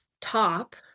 top